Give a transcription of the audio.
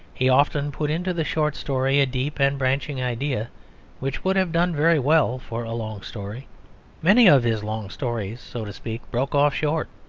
he often put into the short story a deep and branching idea which would have done very well for a long story many of his long stories, so to speak, broke off short.